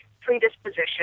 predisposition